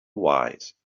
wise